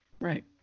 right